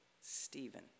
Stephen